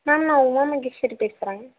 ma'am நான் உமா மகேஷ்வரி பேசுகிறேன்